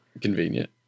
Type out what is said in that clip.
Convenient